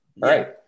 right